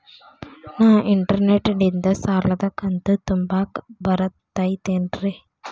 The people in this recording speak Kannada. ನಾ ಇಂಟರ್ನೆಟ್ ನಿಂದ ಸಾಲದ ಕಂತು ತುಂಬಾಕ್ ಬರತೈತೇನ್ರೇ?